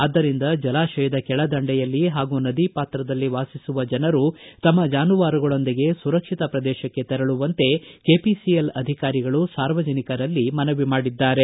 ಆದ್ದರಿಂದ ಜಲಾತಯದ ಕೆಳದಂಡೆಯಲ್ಲಿ ಹಾಗೂ ನದಿಯ ಪಾತ್ರದಲ್ಲಿ ವಾಸಿಸುವ ಜನರು ತಮ್ಮ ಜಾನುವಾರುಗಳೊಂದಿಗೆ ಸುರಕ್ಷಿತ ಪ್ರದೇಶಕ್ಕೆ ತೆರಳುವಂತೆ ಕೆಪಿಸಿಎಲ್ ಅಧಿಕಾರಿಗಳು ಸಾರ್ವಜನಿಕರಲ್ಲಿ ಮನವಿ ಮಾಡಿದ್ದಾರೆ